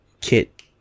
Kit